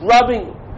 rubbing